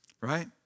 right